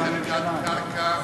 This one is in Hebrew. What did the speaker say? קרקע